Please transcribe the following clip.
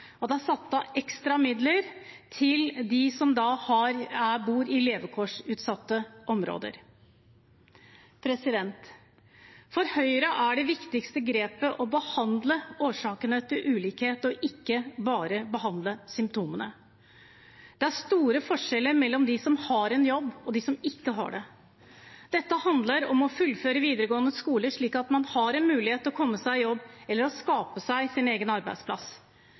og det er satt av ekstra midler til dem som bor i levekårsutsatte områder. For Høyre er det viktigste grepet å behandle årsakene til ulikhet og ikke bare behandle symptomene. Det er store forskjeller mellom dem som har en jobb, og dem som ikke har det. Dette handler om å fullføre videregående skole, slik at man har en mulighet til å komme seg i jobb eller skape sin egen arbeidsplass.